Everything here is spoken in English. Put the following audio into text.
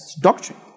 doctrine